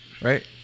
Right